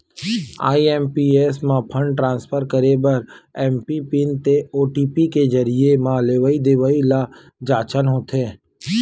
IMPS म fund transfer करे बर एमपिन ते ओ.टी.पी के जरिए म लेवइ देवइ ल जांचना होथे